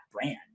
brand